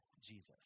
jesus